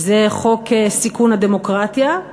זה חוק סיכון הדמוקרטיה.